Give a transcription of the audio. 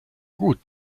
gut